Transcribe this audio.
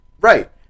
Right